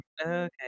Okay